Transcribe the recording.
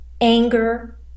anger